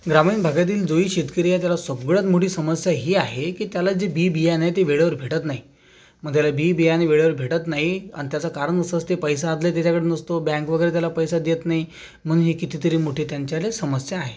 ग्रामीण भागातील जोई शेतकरी आहे त्याला सगळयात मोठी समस्या ही आहे कि त्याला जी बी बियाने ते वेळेवर भेटत नई मग त्याला बी बियाणे वेळेवर भेटत नाही अन त्याचं कारण अस असते पैसा त्याच्या कडे नसतो बँक वगेरे त्याला पैसा देते नई मग हे कितीतरी मोठी त्यांच्याले समस्या आहे